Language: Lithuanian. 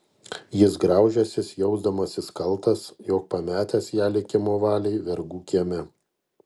jis graužęsis jausdamasis kaltas jog pametęs ją likimo valiai vergų kieme